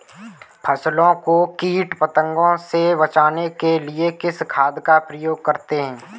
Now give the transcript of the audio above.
फसलों को कीट पतंगों से बचाने के लिए किस खाद का प्रयोग करें?